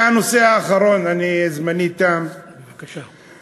והנושא האחרון, זמני תם, בבקשה.